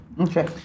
Okay